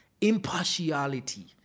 Impartiality